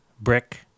brick